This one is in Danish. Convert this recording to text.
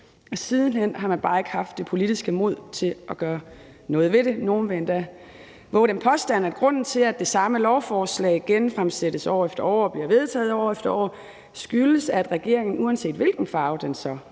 Siden hen har man bare ikke haft det politiske mod til at gøre noget ved det. Nogle vil endda vove den påstand, at grunden til, at det samme lovforslag genfremsættes år efter år og bliver vedtaget år efter år, er, at regeringen, uanset hvilken farve den så